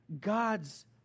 God's